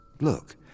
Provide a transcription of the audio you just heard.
Look